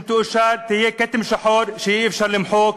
אם תאושר, תהיה כתם שחור שאי-אפשר למחוק,